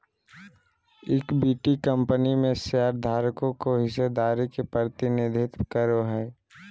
equity company में शेयरधारकों के हिस्सेदारी के प्रतिनिधित्व करो हइ